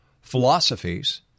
philosophies